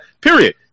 Period